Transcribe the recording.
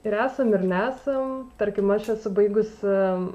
ir esam ir nesam tarkim aš esu baigusi